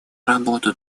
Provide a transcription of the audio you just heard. работу